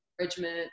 encouragement